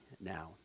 now